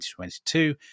2022